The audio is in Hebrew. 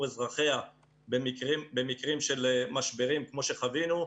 אזרחיה במקרים של משברים כמו שחווינו,